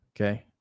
okay